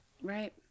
Right